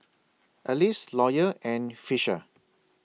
Alys Lawyer and Fisher